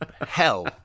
hell